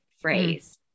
phrase